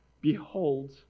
Behold